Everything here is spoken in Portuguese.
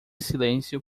silêncio